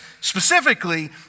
specifically